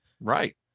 Right